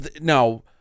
now